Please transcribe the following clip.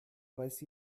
weiß